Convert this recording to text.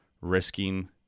risking